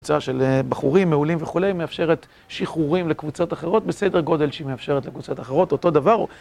קבוצה של בחורים מעולים וכולי, מאפשרת שחרורים לקבוצות אחרות, בסדר גודל שהיא מאפשרת לקבוצות אחרות, אותו דבר.